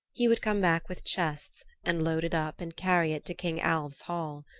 he would come back with chests and load it up and carry it to king alv's hall.